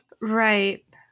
Right